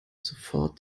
sofort